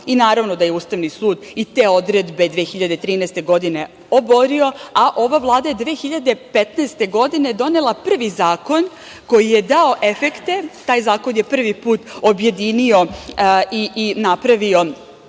I naravno da je Ustavni sud i te odredbe 2013. godine oborio. Ove Vlada je 2015. godine, donela prvi zakon koji je dao efekte. Taj zakon je prvi put objedinio i napravio